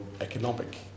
economic